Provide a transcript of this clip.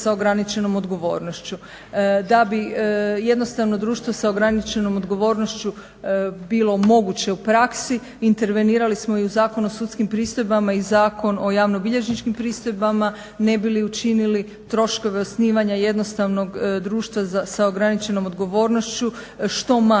da bi jednostavno društvo sa ograničenom odgovornošću bilo moguće u praksi intervenirali smo i u Zakon o sudskim pristojbama i Zakon o javnobilježničkim pristojbama ne bi li učinili troškove osnivanja jednostavnog društva s ograničenom odgovornošću što manjim.